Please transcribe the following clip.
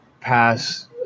pass